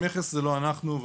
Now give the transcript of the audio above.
מכס, זה לא אנחנו.